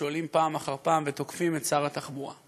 שואלים פעם אחר פעם ותוקפים את שר התחבורה.